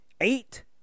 eight